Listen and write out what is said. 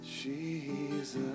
Jesus